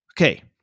Okay